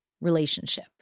relationship